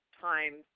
time